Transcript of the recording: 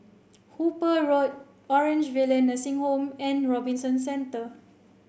Hooper Road Orange Valley Nursing Home and Robinson Centre